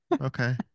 okay